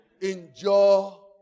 Enjoy